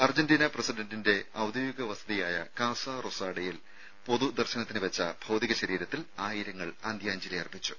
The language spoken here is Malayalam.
അർജന്റീന പ്രസിഡന്റിന്റെ ഔദ്യോഗിക വസതി യായ കാസ റൊസാഡയിൽ പൊതു ദർശനത്തിന് വെച്ച ഭൌതിക ശരീരത്തിൽ ആയിരങ്ങൾ അന്ത്യാ ഞ്ജലി അർപ്പിച്ചു